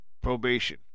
Probation